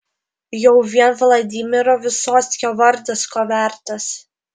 jau vien vladimiro vysockio vardas ko vertas